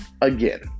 again